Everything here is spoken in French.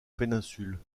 péninsule